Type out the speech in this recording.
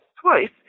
twice